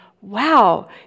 wow